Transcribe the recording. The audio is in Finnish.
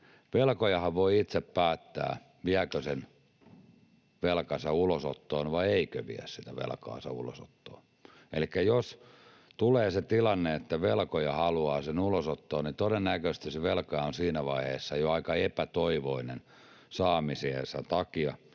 velkojahan voi itse päättää, viekö sen velkansa ulosottoon vai eikö vie sitä velkaansa ulosottoon. Elikkä jos tulee se tilanne, että velkoja haluaa sen ulosottoon, niin todennäköisesti se velka on siinä vaiheessa jo aika epätoivoinen saamisiensa takia